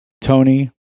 tony